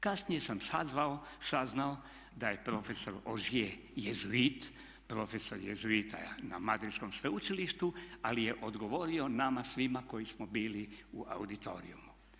Kasnije sam saznao da je profesor Ožije jezuit, profesor jezuita na Madridskom sveučilištu, ali je odgovorio nama svima koji smo bili u auditoriumu.